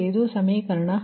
ಅದು ಸಮೀಕರಣ 10